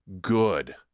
good